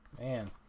Man